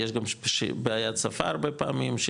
יש גם בעיית שפה הרבה פעמים,